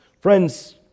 Friends